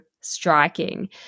striking